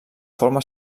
forma